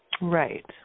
Right